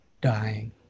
dying